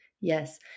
Yes